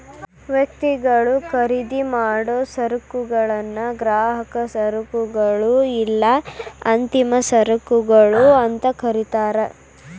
ವ್ಯಕ್ತಿಗಳು ಖರೇದಿಮಾಡೊ ಸರಕುಗಳನ್ನ ಗ್ರಾಹಕ ಸರಕುಗಳು ಇಲ್ಲಾ ಅಂತಿಮ ಸರಕುಗಳು ಅಂತ ಕರಿತಾರ